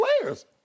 players